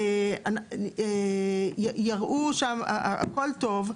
ויראו שהכול טוב,